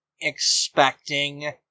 expecting